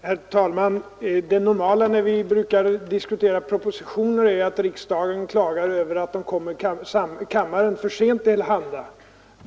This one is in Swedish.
Herr talman! Det normala när vi diskuterar propositioner är att riksdagen klagar över att de kommer kammaren för sent till handa.